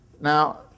Now